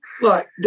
Look